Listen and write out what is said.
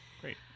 great